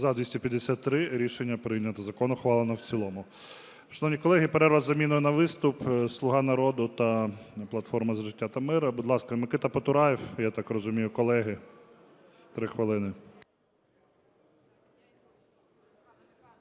За-253 Рішення прийнято. Закон ухвалено в цілому. Шановні колеги, перерва з заміною на виступ. "Слуга народу" та "Платформа за життя та мир". Будь ласка, Микита Потураєв, я так розумію, і колеги – 3 хвилини.